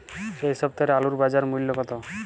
এ সপ্তাহের আলুর বাজার মূল্য কত?